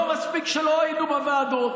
לא מספיק שלא היינו בוועדות,